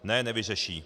Ne, nevyřeší.